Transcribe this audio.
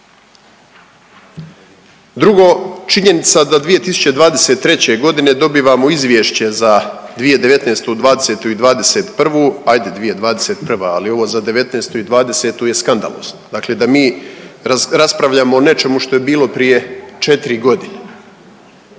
Drugo, činjenica da 2023.g. dobivamo izvješće za 2019., '20. i '21., ajde 2021., ali ovo za '19. i '20. je skandalozno, dakle da mi raspravljamo o nečemu što je bilo prije 4.g. i nije